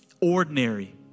ordinary